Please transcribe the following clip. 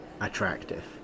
attractive